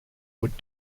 would